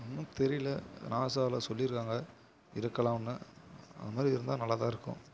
ஒன்றும் தெரியல நாசாவில சொல்லியிருக்காங்க இருக்கலாம்னு அந்தமாதிரி இருந்தால் நல்லா தான் இருக்கும்